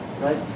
right